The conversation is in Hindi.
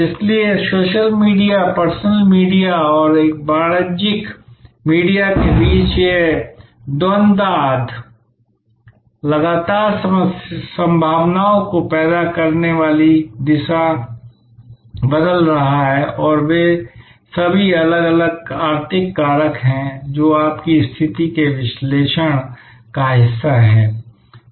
इसलिए सोशल मीडिया पर्सनल मीडिया और एक वाणिज्यिक मीडिया के बीच यह द्वंद्ववाद लगातार संभावनाओं को पैदा करने वाली दिशा बदल रहा है और वे सभी अलग अलग आर्थिक कारक हैं जो आपकी स्थिति के विश्लेषण का हिस्सा हैं